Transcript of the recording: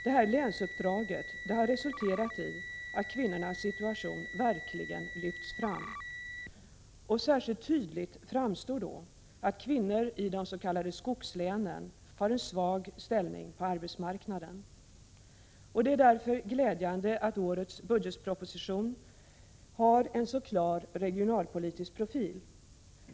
Det här länsuppdraget har resulterat i att kvinnornas situation verkligen lyfts fram. Särskilt tydligt framstår då att kvinnor i de s.k. skogslänen har en svag ställning på arbetsmarknaden, Det är därför glädjande att årets budgetproposition har en så klar regionalpolitisk profil.